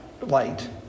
light